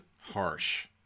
Harsh